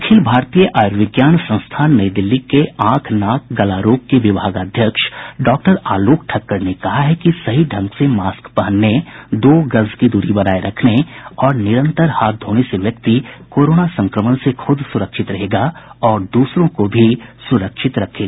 अखिल भारतीय आयुर्विज्ञान संस्थान नई दिल्ली के आंख नाक गला रोग के विभागाध्यक्ष डॉक्टर आलोक ठक्कर ने कहा कि सही ढंग से मास्क पहनने दो गज की दूरी बनाए रखने और निरंतर हाथ धोने से व्यक्ति कोरोना संक्रमण से खुद सुरक्षित रहेगा और दूसरों को भी सुरक्षित रखेगा